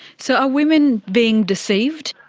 so are women being deceived?